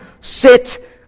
sit